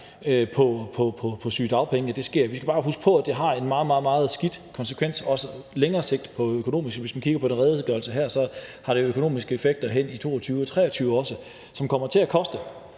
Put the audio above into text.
på sygedagpenge, men vi skal bare huske på, at det har en meget, meget skidt konsekvens, også på længere sigt, for økonomien. Hvis man kigger på redegørelsen her, ser man jo, at det har økonomiske effekter også hen i 2022 og 2023, som kommer til at koste,